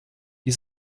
die